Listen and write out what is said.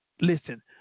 Listen